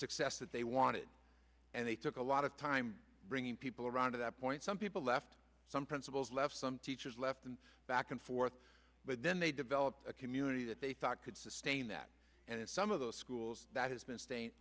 success that they wanted and they took a lot of time bringing people around to that point some people left some principals left some teachers left and back and forth but then they developed a community that they thought could sustain that and in some of those schools that has been staying